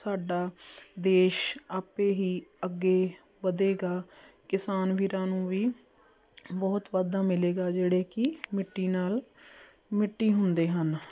ਸਾਡਾ ਦੇਸ਼ ਆਪੇ ਹੀ ਅੱਗੇ ਵਧੇਗਾ ਕਿਸਾਨ ਵੀਰਾਂ ਨੂੰ ਵੀ ਬਹੁਤ ਵਾਧਾ ਮਿਲੇਗਾ ਜਿਹੜੇ ਕਿ ਮਿੱਟੀ ਨਾਲ ਮਿੱਟੀ ਹੁੰਦੇ ਹਨ